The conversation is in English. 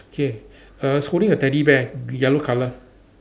okay err it's holding a Teddy bear yellow colour